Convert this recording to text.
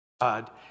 God